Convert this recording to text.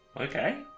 Okay